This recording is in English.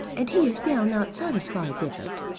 and he is now not satisfied with it.